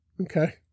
Okay